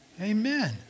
Amen